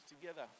together